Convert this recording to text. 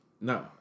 No